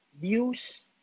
views